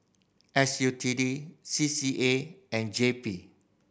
S U T D C C A and J P